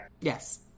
Yes